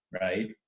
Right